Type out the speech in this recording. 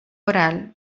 oral